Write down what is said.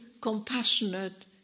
compassionate